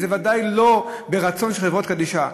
זה ודאי לא ברצון של חברות קדישא.